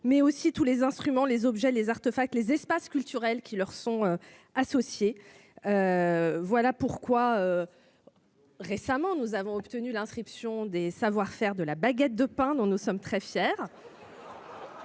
mais aussi tous les instruments, les objets, les artefacts et les espaces culturels qui leur sont associés. Récemment, nous avons obtenu l'inscription des savoir-faire de la baguette de pain. Pour ou contre